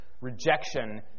rejection